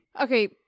Okay